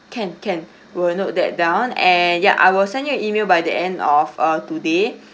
can can will note that down and ya I will send you an email by the end of uh today